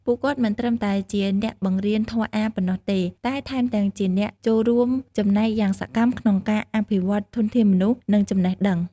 ពួកគាត់មិនត្រឹមតែជាអ្នកបង្រៀនធម៌អាថ៌ប៉ុណ្ណោះទេ តែថែមទាំងជាអ្នកចូលរួមចំណែកយ៉ាងសកម្មក្នុងការអភិវឌ្ឍធនធានមនុស្ស និងចំណេះដឹង។